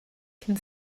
can